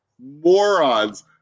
Morons